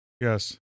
Yes